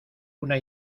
una